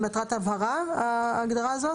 למטרת הבהרה, ההגדרה הזאת?